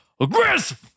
aggressive